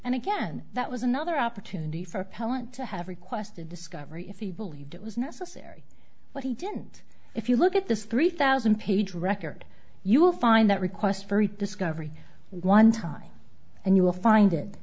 and again that was another opportunity for appellant to have requested discovery if he believed it was necessary but he didn't if you look at this three thousand page record you will find that request very discovery one time and you will find it